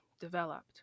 developed